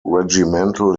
regimental